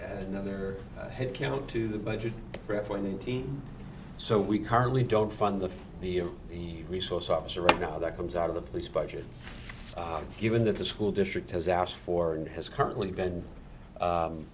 another headcount to the budget for the team so we currently don't fund the for the resource officer right now that comes out of the police budget given that the school district has asked for and has currently been